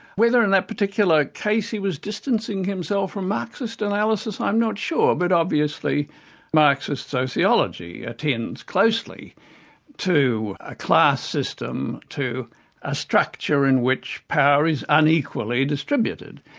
whether in that particular case he was distancing himself from marxist analysis i'm not sure, but obviously marxist sociology attends closely to a class system, to a structure in which power is unequally distributed.